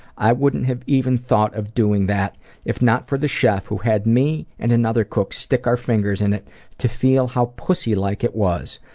i wouldn't have even thought of doing that if not for the chef who had me and another cook stick our fingers in it to feel how pussy-like it was.